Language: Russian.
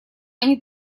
они